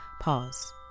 Pause